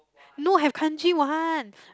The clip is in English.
no have Kanji one